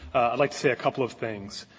i'd like to say a couple of things.